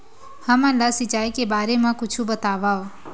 हमन ला सिंचाई के बारे मा कुछु बतावव?